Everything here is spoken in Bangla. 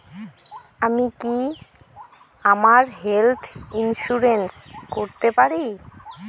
আমি কি আমার হেলথ ইন্সুরেন্স করতে পারি?